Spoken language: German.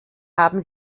haben